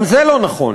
גם זה לא נכון.